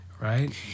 Right